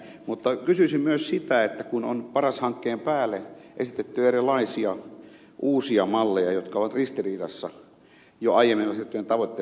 mutta kysyisin myös sitä kun on paras hankkeen päälle esitetty erilaisia uusia malleja jotka ovat ristiriidassa jo aiemmin ohjattujen tavoitteiden kanssa kuinka tässä nyt edetään